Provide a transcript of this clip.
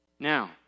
Now